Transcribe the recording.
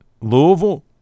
Louisville